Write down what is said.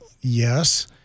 yes